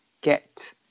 get